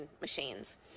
machines